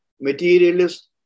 materialist